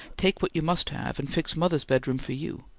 take what you must have, and fix mother's bedroom for you,